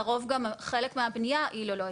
לרוב גם חלק מהבנייה הוא ללא היתר.